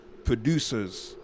producers